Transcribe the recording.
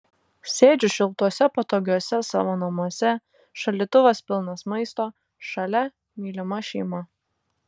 sėdžiu šiltuose patogiuose savo namuose šaldytuvas pilnas maisto šalia mylima šeima